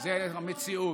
זה המציאות.